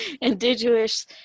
Indigenous